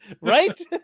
right